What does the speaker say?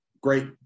great